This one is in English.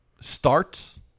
starts